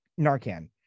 narcan